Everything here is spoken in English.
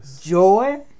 joy